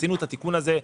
עשינו את התיקון הזה.